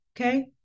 okay